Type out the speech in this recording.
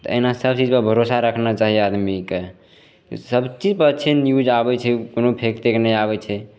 तऽ एना सभचीज पर भरोसा रखना चाही आदमीके सभचीज पर अच्छे न्यूज आबै छै कोनो फेक तेक नहि आबै छै